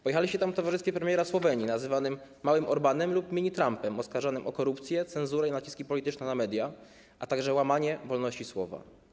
Pojechaliście tam w towarzystwie premiera Słowenii, nazywanego małym Orbánem lub mini-Trumpem, oskarżanego o korupcję, cenzurę i naciski polityczne na media, a także łamanie wolności słowa.